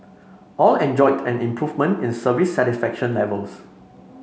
all enjoyed an improvement in service satisfaction levels